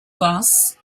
bus